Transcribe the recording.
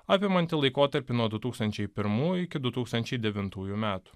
apimantį laikotarpį nuo du tūkstančiai pirmų iki du tūkstančiai devintųjų metų